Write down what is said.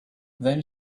then